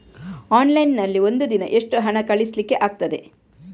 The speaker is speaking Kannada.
ಆನ್ಲೈನ್ ನಲ್ಲಿ ಒಂದು ದಿನ ಎಷ್ಟು ಹಣ ಕಳಿಸ್ಲಿಕ್ಕೆ ಆಗ್ತದೆ?